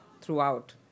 throughout